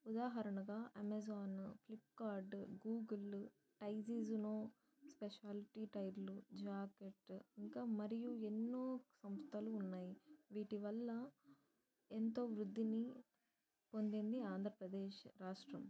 ఉదాహరణగా Amazon Flipkart Google టైచిజునో specialty టైర్లు జాక్వెట్టు ఇంకా మరియు ఎన్నో సంస్థలు ఉన్నాయి వీటి వల్ల ఎంతో వృద్దిని పొందింది ఆంధ్రప్రదేశ్ రాష్ట్రం